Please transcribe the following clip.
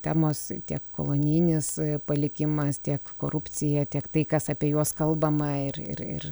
temos tiek kolonijinis palikimas tiek korupcija tiek tai kas apie juos kalbama ir ir ir